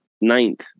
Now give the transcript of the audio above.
ninth